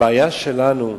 הבעיה שלנו,